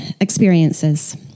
experiences